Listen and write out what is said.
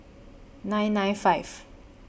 nine nine five